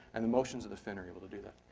and the motions of the fin are able to do that.